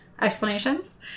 explanations